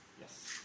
Yes